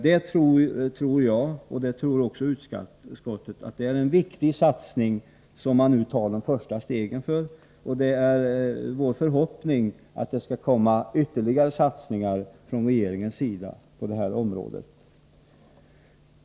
Detta tror jag, och det tror också utskottet, är en viktig satsning där man nu tar de första stegen. Det är vår förhoppning att regeringen skall göra ytterligare satsningar på detta område.